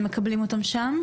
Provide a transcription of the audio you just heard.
הם מקבלים אותם שם?